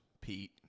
Pete